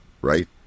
Right